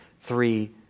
three